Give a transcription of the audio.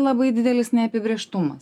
labai didelis neapibrėžtumas